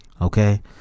okay